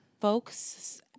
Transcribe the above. folks